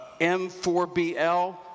M4BL